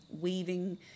weaving